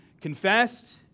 confessed